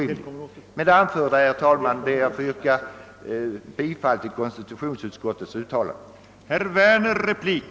Med det anförda, herr talman, ber jag att få yrka bifall till konstitutionsutskotteis hemställan.